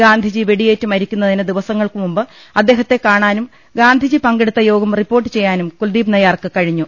ഗാന്ധിജി വെടിയേറ്റ് മരിക്കുന്നതിന് ദിവസങ്ങൾക്കു മുമ്പ് അദ്ദേഹത്തെ കാണാനും ഗാന്ധിജി പങ്കെടുത്ത യോഗം റിപ്പോർട്ട് ചെയ്യാനും കുൽദീപ് നയ്യാർക്ക് കഴി ഞ്ഞു